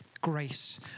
Grace